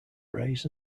rays